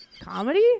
comedy